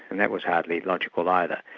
and that was hardly logical either.